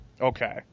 Okay